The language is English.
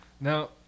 Now